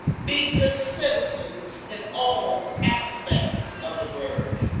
be good citizens in all aspects of the word.